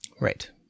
Right